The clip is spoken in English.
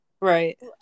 Right